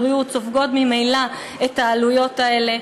משרד הבריאות סופגים ממילא את העלויות האלה.